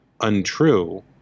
untrue